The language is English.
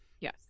Yes